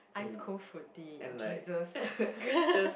ice cold fruity Jesus